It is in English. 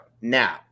now